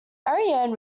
ariane